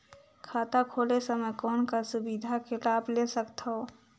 खाता खोले समय कौन का सुविधा के लाभ ले सकथव?